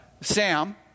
Sam